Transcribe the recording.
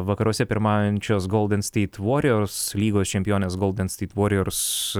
vakaruose pirmaujančios golden state warriors lygos čempionės golden state warriors